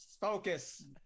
Focus